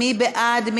מי בעד?